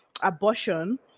abortion